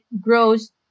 grows